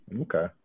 Okay